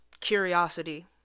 curiosity